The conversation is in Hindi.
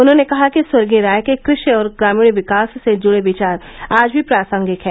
उन्होंने कहा कि स्वर्गीय राय के कृशि और ग्रामीण विकास से जुड़े विचार आज भी प्रासंगिक हैं